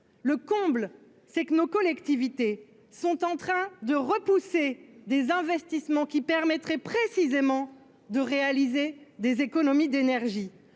le comble, c'est que nos collectivités sont en train de repousser des investissements qui permettrait précisément de réaliser des économies d'énergie,